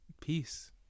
Peace